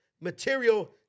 material